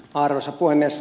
arvoisa puhemies